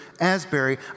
Asbury